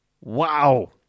Wow